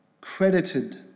credited